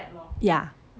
ya